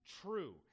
true